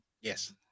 Yes